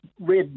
red